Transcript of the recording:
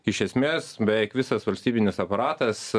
iš esmės beveik visas valstybinis aparatas